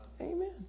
Amen